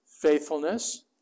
faithfulness